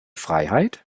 freiheit